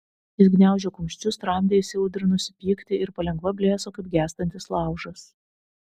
jis gniaužė kumščius tramdė įsiaudrinusį pyktį ir palengva blėso kaip gęstantis laužas